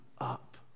up